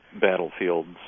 battlefields